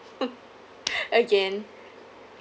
again